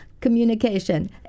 Communication